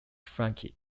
franke